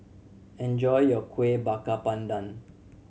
enjoy your Kueh Bakar Pandan